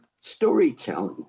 storytelling